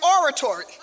oratory